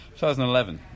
2011